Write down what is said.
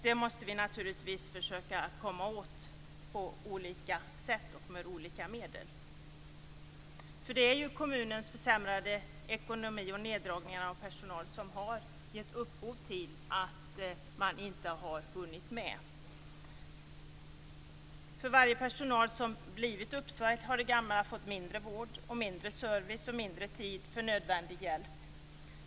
Det måste vi naturligtvis försöka att komma åt på olika sätt och med olika medel. Det är ju kommunens försämrade ekonomi och neddragningar av personal som har gett upphov till att man inte har hunnit med. För varje personal som har sagts upp har de gamla fått mindre vård, mindre service och mindre tid för nödvändig hjälp.